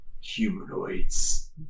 humanoids